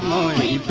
only